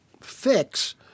fix